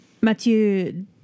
Mathieu